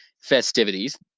festivities